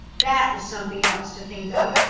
that is something else to think of.